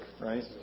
right